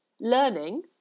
Learning